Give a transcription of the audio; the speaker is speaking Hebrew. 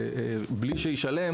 בלי לשלם,